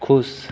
खुश